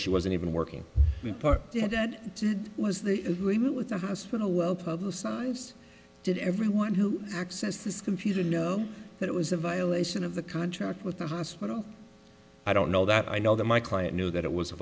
she wasn't even working the part that was the agreement with the hospital well publicized did everyone who access this computer know that it was a violation of the contract with the hospital i don't know that i know that my client knew that it was a